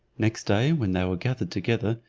next day when they were gathered together,